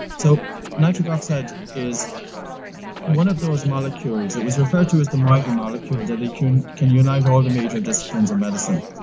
so nitric oxide is one of those molecules, it was referred to as the mighty molecule. that they can can unite all the major disciplines of medicine.